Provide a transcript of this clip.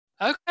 Okay